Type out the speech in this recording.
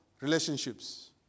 relationships